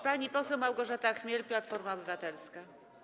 Pani poseł Małgorzata Chmiel, Platforma Obywatelska.